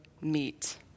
meet